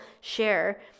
share